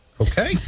Okay